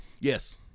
Yes